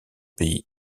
pays